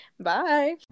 bye